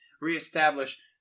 reestablish